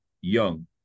Young